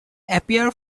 appear